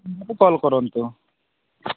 call କରନ୍ତୁ